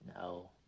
No